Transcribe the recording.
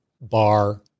bar